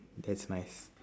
that's nice